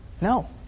No